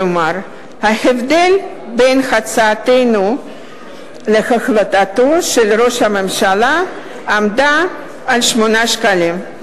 כלומר ההבדל בין הצעתנו להחלטתו של ראש הממשלה עומד על 8 שקלים.